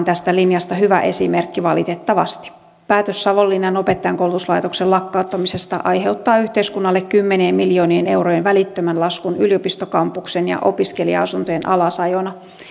tästä linjasta hyvä esimerkki valitettavasti päätös savonlinnan opettajankoulutuslaitoksen lakkauttamisesta aiheuttaa yhteiskunnalle kymmenien miljoonien eurojen välittömän laskun yliopistokampuksen ja opiskelija asuntojen alasajona